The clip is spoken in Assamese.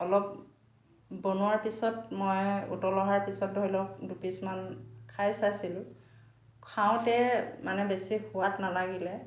অলপ বনোৱাৰ পিছত মই উতল অহাৰ পিছত ধৰি লওক দুপিচমান খাই চাইছিলোঁ খাওঁতে মানে বেছি সোৱাদ নালাগিলে